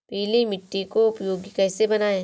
पीली मिट्टी को उपयोगी कैसे बनाएँ?